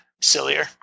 sillier